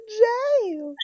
jail